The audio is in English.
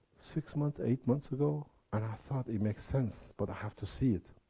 six months, eight months ago. and i thought it makes sense, but i have to see it.